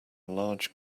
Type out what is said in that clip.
large